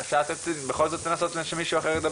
שאלו אותי הרבה אם אני שלמה עם ההעלאה של הנושא